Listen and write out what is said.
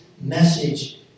message